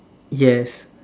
yes